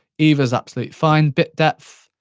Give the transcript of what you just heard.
either's absolutely fine. bit depth,